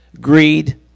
greed